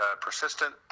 persistent